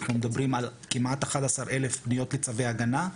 אנחנו מדברים על כמעט 11 אלף פניות לצווי הגנה,